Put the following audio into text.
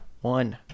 one